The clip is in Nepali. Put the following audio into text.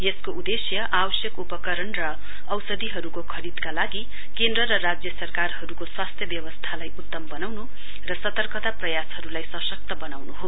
यसको उदेश्य आवश्यक उपकरण र औषधीहरूको खरीदका लागि केन्द्र र राज्य सरकारहरूको स्वास्थ्य व्यवस्थालाई उत्तम बनाउनु र सर्तकता प्रयासहरूलाई सशक्त बनाउनु हो